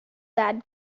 that